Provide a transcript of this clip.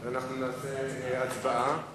נקיים הצבעה.